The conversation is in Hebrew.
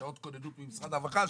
שעות כוננות ממשרד הרווחה?